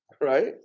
Right